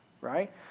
right